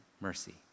mercy